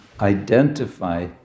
identify